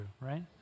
right